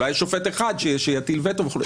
אולי יש שופט אחד שיטיל וטו וכולי.